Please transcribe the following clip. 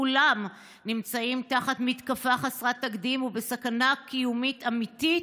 כולם נמצאים תחת מתקפה ובסכנה קיומית אמיתית,